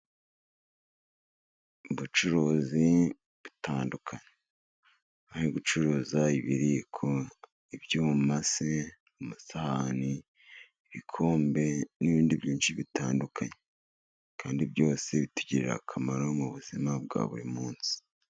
Ubucuruzi butandukanye bari gucuruza ibiyiko, ibyuma se, amasahani, ibikombe n'ibindi byinshi bitandukanye, kandi byose bitugirira akamaro mu buzima bwa buri munsi.